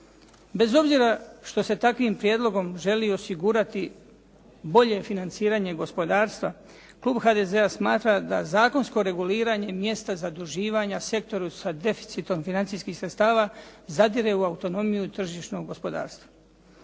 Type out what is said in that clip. Bez obzira što se takvim prijedlogom želi osigurati bolje financiranje gospodarstva, klub HDZ-a smatra da zakonsko reguliranje mjesta zaduživanje sektoru sa deficitom financijskih sredstava zadire u autonomiju tržišnog gospodarstva.